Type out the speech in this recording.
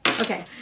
Okay